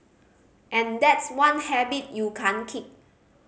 and that's one habit you can't kick